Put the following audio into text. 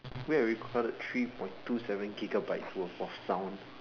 where are we converted three point two seven gigabytes worth of sound